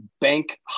bank